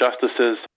justices